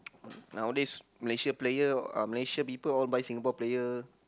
nowadays Malaysia player uh Malaysia people all buy Singapore player